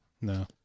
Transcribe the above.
no